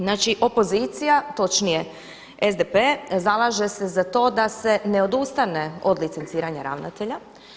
Znači, opozicija, točnije SDP-e zalaže se za to da se ne odustane od licenciranja ravnatelja.